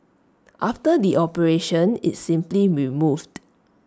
after the operation it's simply removed